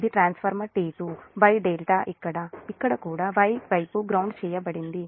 ఇది transformer T2 Y ∆ ఇక్కడ కూడా Y వైపు గ్రౌన్దేడ్ చేయబడింది